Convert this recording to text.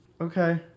okay